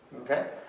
Okay